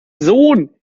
sohn